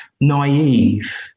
naive